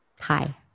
hi